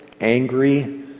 angry